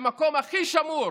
למקום הכי שמור,